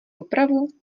opravu